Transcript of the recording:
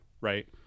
right